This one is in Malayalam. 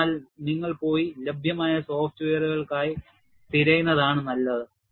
അതിനാൽ നിങ്ങൾ പോയി ലഭ്യമായ സോഫ്റ്റ്വെയറുകൾക്കായി തിരയുന്നതാണ് നല്ലത്